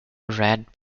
red